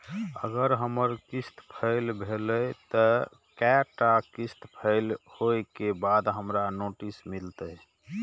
अगर हमर किस्त फैल भेलय त कै टा किस्त फैल होय के बाद हमरा नोटिस मिलते?